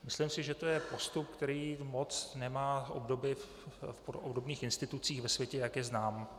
Myslím si, že to je postup, který moc nemá obdoby v obdobných institucích ve světě, jak je znám.